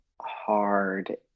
hard